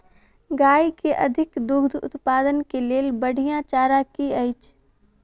गाय केँ अधिक दुग्ध उत्पादन केँ लेल बढ़िया चारा की अछि?